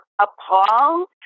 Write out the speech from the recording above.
appalled